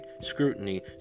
scrutiny